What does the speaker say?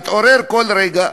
מתעורר כל רגע,